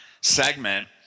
segment